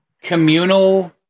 communal